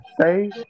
say